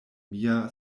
mia